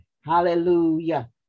Hallelujah